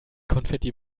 konfetti